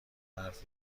حرف